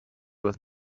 was